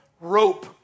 rope